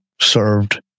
served